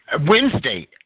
Wednesday